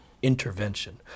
intervention